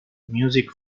music